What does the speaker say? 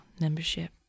membership